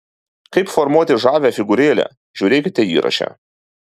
kaip formuoti žavią figūrėlę žiūrėkite įraše